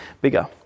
bigger